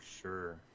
sure